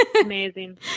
amazing